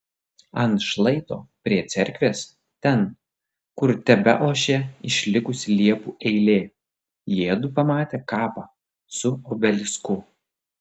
ant šlaito prie cerkvės ten kur tebeošė išlikusi liepų eilė jiedu pamatė kapą su obelisku